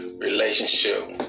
relationship